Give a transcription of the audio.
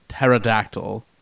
pterodactyl